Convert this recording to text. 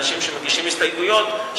אני מגנה את האנשים שמגישים הסתייגויות שהם